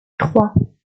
trois